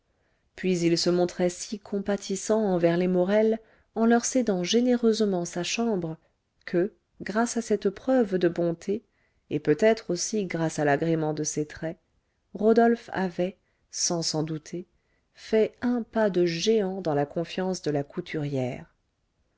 puis il se montrait si compatissant envers les morel en leur cédant généreusement sa chambre que grâce à cette preuve de bonté et peut-être aussi grâce à l'agrément de ses traits rodolphe avait sans s'en douter fait un pas de géant dans la confiance de la couturière